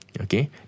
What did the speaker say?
Okay